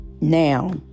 now